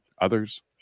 others